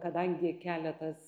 kadangi keletas